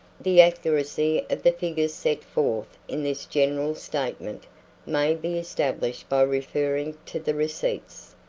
the accuracy of the figures set forth in this general statement may be established by referring to the receipts,